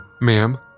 Ma'am